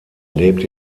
lebt